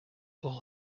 all